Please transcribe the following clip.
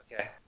Okay